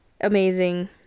amazing